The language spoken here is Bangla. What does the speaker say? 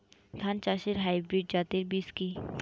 ধান চাষের হাইব্রিড জাতের বীজ কি?